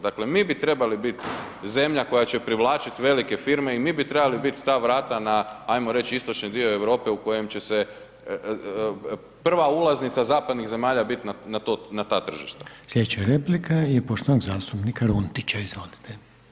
Dakle, mi bi trebali bit zemlja koja će privlačit velike firme i mi bi trebali bit ta vrata na ajmo reć istočni dio Europe u kojem će se, prva ulaznica zapadnih zemalja bit na ta tržišta.